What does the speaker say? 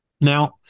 Now